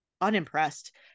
unimpressed